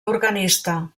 organista